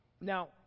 Now